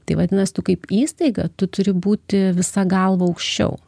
tai vadinas tu kaip įstaiga tu turi būti visa galva aukščiau